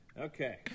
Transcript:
Okay